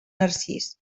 narcís